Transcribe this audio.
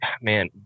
man